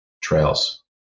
trails